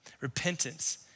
Repentance